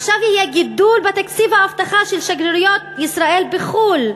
עכשיו יהיה גידול בתקציב האבטחה של שגרירויות ישראל בחו"ל,